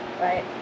right